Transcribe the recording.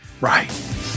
Right